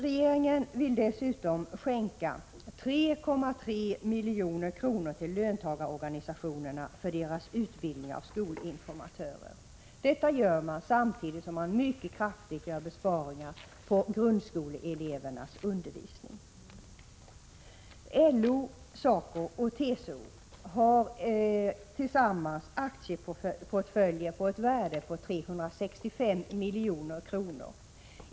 Regeringen vill dessutom skänka 3,3 milj.kr. till löntagarorganisationerna för deras utbildning av skolinformatörer. Detta gör man samtidigt som man gör mycket kraftiga besparingar på grundskoleelevernas undervisning. LO, SACO och TCO har tillsammans aktieportföljer som uppgår till ett värde av 365 milj.kr.